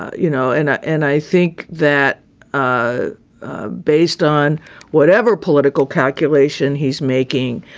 you know, and ah and i think that ah based on whatever political calculation he's making,